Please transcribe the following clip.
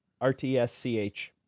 RTSCH